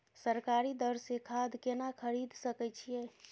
सरकारी दर से खाद केना खरीद सकै छिये?